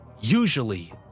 Usually